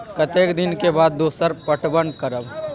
कतेक दिन के बाद दोसर पटवन करब?